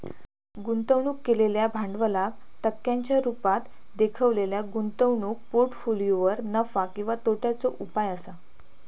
गुंतवणूक केलेल्या भांडवलाक टक्क्यांच्या रुपात देखवलेल्या गुंतवणूक पोर्ट्फोलियोवर नफा किंवा तोट्याचो उपाय असा